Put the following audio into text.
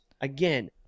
Again